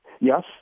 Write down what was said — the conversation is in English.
Yes